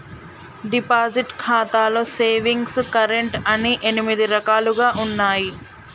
deposit ఖాతాలో savings current అని ఎనిమిది రకాలుగా ఉన్నయి